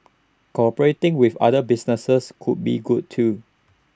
cooperating with other businesses could be good too